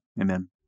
Amen